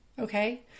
okay